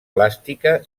plàstica